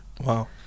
Wow